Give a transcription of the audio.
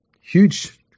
huge